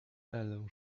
elę